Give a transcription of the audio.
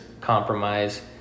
compromise